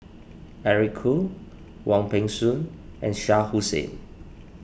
Eric Khoo Wong Peng Soon and Shah Hussain